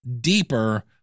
deeper